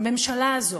הממשלה הזאת,